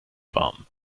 warm